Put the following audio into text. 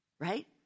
right